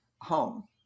home